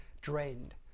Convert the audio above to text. drained